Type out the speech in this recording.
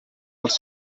els